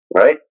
Right